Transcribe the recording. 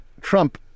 Trump